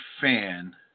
fan